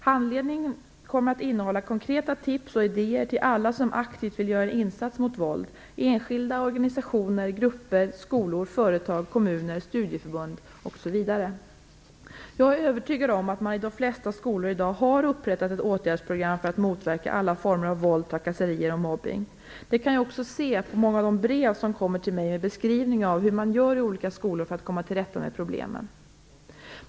Handledningen kommer att innehålla konkreta tips och idéer till alla som aktivt vill göra en insats mot våld - enskilda, organisationer, grupper, skolor, företag, kommuner, studieförbund osv. Jag är övertygad om att man i de flesta skolor i dag har upprättat ett åtgärdsprogram för att motverka alla former av våld, trakasserier och mobbning. Det kan jag också se genom många av de brev som kommer till mig med beskrivningar av hur man gör i olika skolor för att komma till rätta med problemen.